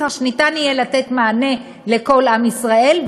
כך שיהיה אפשר לתת מענה לכל עם ישראל,